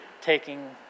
taking